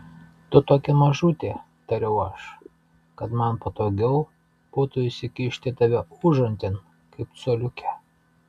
tu tokia mažutė tariau aš kad man patogiau būtų įsikišti tave užantin kaip coliukę